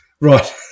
Right